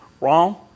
Wrong